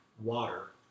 water